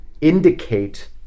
indicate